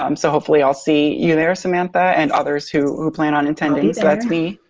um so hopefully i'll see you there samantha and others who who plan on intending, so that's me.